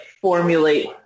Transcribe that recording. formulate